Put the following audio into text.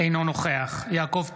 אינו נוכח יעקב טסלר,